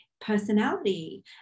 personality